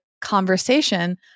conversation